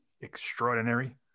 extraordinary